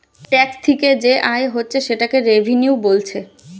tax থিকে যে আয় হচ্ছে সেটাকে রেভিনিউ বোলছে